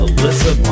Alyssa